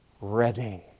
ready